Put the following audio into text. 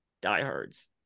diehards